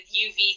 uv